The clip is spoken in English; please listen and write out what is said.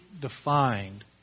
defined